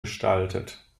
gestaltet